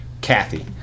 Kathy